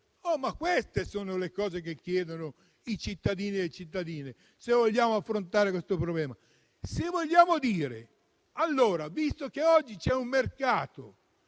queste le cose che chiedono i cittadini e le cittadine, se vogliamo affrontare il problema. Se vogliamo dire che oggi c'è un mercato